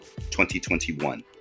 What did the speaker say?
2021